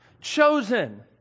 chosen